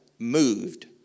Moved